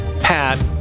Pat